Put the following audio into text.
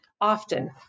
often